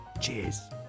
cheers